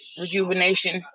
rejuvenation